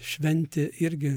šventė irgi